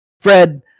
Fred